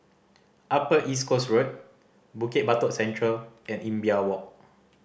Upper East Coast Road Bukit Batok Central and Imbiah Walk